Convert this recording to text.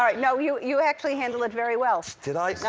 all right, now, you you actually handled it very well. did i? so